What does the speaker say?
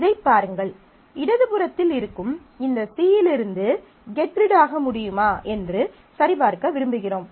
இதைப் பாருங்கள் இடது புறத்தில் இருக்கும் இந்த C யிலிருந்து கெட் ரிட் ஆக முடியுமா முடியுமா என்று சரிபார்க்க விரும்புகிறோம்